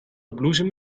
bloesem